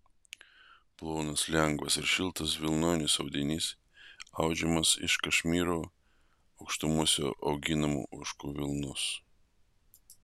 plonas lengvas ir šiltas vilnonis audinys audžiamas iš kašmyro aukštumose auginamų ožkų vilnos